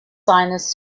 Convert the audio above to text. sinus